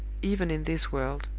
even in this world.